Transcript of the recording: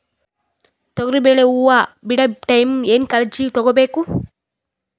ತೊಗರಿಬೇಳೆ ಹೊವ ಬಿಡ ಟೈಮ್ ಏನ ಕಾಳಜಿ ತಗೋಬೇಕು?